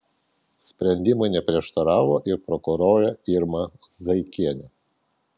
sprendimui neprieštaravo ir prokurorė irma zaikienė